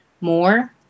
more